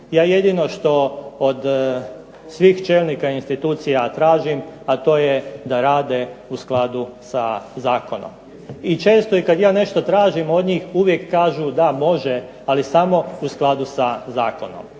Ja jedino što od svih čelnika institucija tražim, a to je da rade u skladu sa zakonom. I često i kad ja nešto tražim od njih uvijek kažu da može, ali samo u skladu sa zakonom.